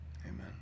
Amen